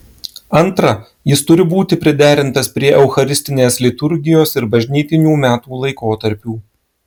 antra jis turi būti priderintas prie eucharistinės liturgijos ir bažnytinių metų laikotarpių